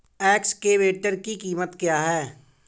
Excavator की कीमत क्या है?